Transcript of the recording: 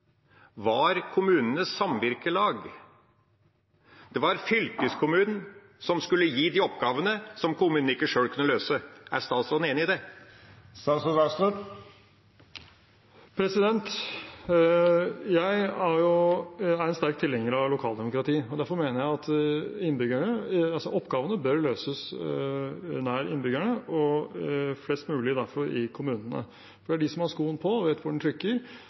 var fylkeskommunen som skulle gi de oppgavene som kommunen ikke sjøl kunne løse. Er statsråden enig i det? Jeg er en sterk tilhenger av lokaldemokrati, derfor mener jeg at oppgavene bør løses nær innbyggerne, og flest mulig derfor i kommunene. Det er de som har skoen på, som vet hvor den trykker,